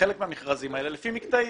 בחלק מהמכרזים האלה לפי מקטעים.